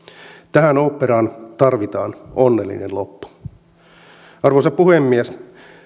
tähän oopperaan tarvitaan onnellinen loppu arvoisa puhemies